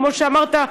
כמו שאמרת,